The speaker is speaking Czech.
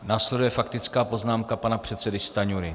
Následuje faktická poznámka pana předsedy Stanjury.